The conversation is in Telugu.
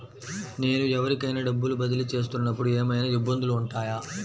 నేను ఎవరికైనా డబ్బులు బదిలీ చేస్తునపుడు ఏమయినా ఇబ్బందులు వుంటాయా?